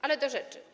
Ale do rzeczy.